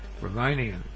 Romanian